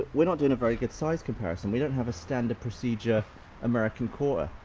we're not doing a very good size comparison. we don't have a standard procedure american quarter.